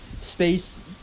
space